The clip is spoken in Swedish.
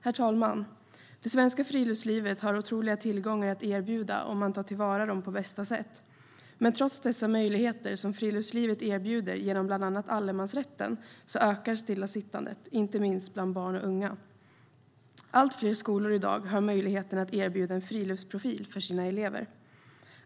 Herr talman! Det svenska friluftslivet har otroliga tillgångar att erbjuda om man tar dem till vara på bästa sätt. Men trots de möjligheter som friluftslivet erbjuder genom bland annat allemansrätten ökar stillasittandet, inte minst bland barn och unga. Allt fler skolor i dag erbjuder en friluftsprofil för sina elever.